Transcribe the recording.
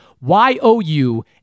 y-o-u-